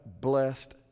blessed